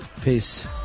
Peace